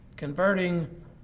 Converting